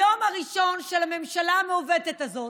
היום הראשון של הממשלה המעוותת הזאת,